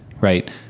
Right